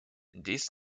dies